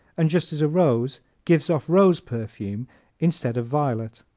and just as a rose gives off rose perfume instead of violet.